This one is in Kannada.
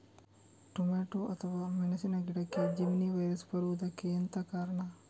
ಟೊಮೆಟೊ ಅಥವಾ ಮೆಣಸಿನ ಗಿಡಕ್ಕೆ ಜೆಮಿನಿ ವೈರಸ್ ಬರುವುದಕ್ಕೆ ಎಂತ ಕಾರಣ?